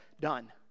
done